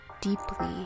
deeply